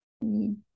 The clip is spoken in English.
need